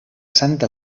santa